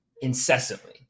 incessantly